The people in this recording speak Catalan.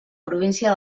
província